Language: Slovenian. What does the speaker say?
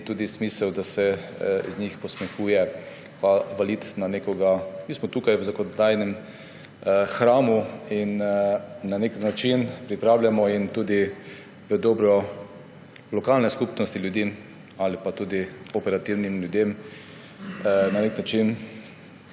ni smisel, da se iz njih posmehuje pa vali na nekoga. Mi smo tukaj v zakonodajnem hramu in na nek način pripravljamo, tudi v dobro lokalne skupnosti, operativnim ljudem na nek način